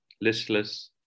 listless